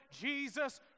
Jesus